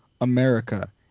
America